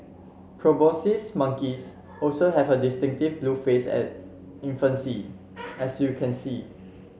proboscis monkeys also have a distinctive blue face at infancy as you can see